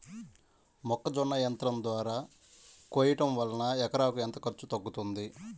మొక్కజొన్న యంత్రం ద్వారా కోయటం వలన ఎకరాకు ఎంత ఖర్చు తగ్గుతుంది?